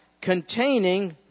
containing